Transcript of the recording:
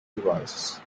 devices